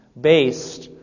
based